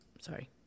Sorry